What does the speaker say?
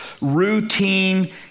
routine